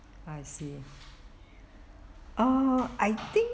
I see ah I think